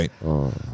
Right